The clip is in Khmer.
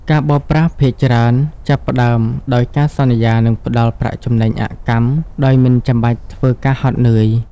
ការបោកប្រាស់ភាគច្រើនចាប់ផ្តើមដោយការសន្យាថានឹងផ្តល់ "ប្រាក់ចំណេញអកម្ម" ដោយមិនចាំបាច់ធ្វើការហត់នឿយ។